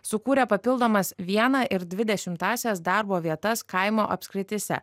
sukūrė papildomas vieną ir dvi dešimtąsias darbo vietas kaimo apskrityse